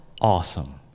awesome